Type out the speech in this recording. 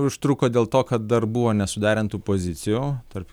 užtruko dėl to kad dar buvo nesuderintų pozicijų tarp